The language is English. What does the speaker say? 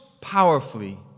powerfully